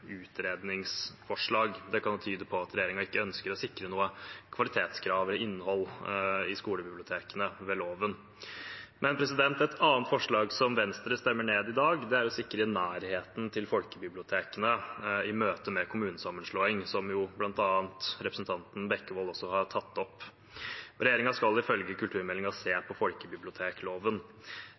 utredningsforslag. Det kan tyde på at regjeringen ikke ønsker å sikre noe krav om kvalitet eller innhold i skolebibliotekene ved loven. Men et annet forslag som Venstre stemmer ned i dag, er å sikre nærheten til folkebibliotekene i møte med kommunesammenslåing, som bl.a. representanten Bekkevold også har tatt opp. Regjeringen skal ifølge kulturmeldingen se på folkebibliotekloven.